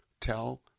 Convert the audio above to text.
Tell